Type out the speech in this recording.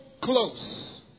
Close